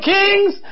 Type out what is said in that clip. kings